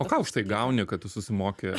o ką už tai gauni kad tu susimoki